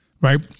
right